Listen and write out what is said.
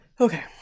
Okay